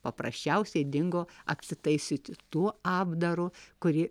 paprasčiausiai dingo apsitaisiusi tuo apdaru kurį